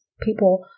people